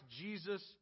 Jesus